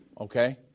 Okay